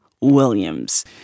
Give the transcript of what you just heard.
Williams